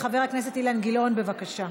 חבר הכנסת אילן גילאון, בבקשה.